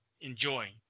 Enjoy